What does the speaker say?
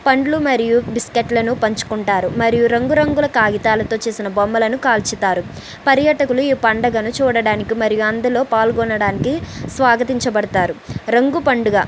పండ్లు మరియు బిస్కెట్లను పంచుకుంటారు మరియు రంగురంగుల కాగితాలతో చేసిన బొమ్మలను కాల్చుతారు పర్యాటకులు ఈ పండుగను చూడడానికి మరి అందులో పాల్గొనడానికి స్వాగతించబడుతారు రంగు పండుగ